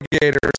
Gators